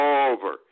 over